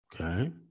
Okay